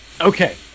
okay